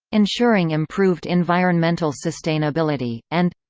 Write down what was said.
ensuring improved environmental sustainability and